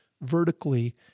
vertically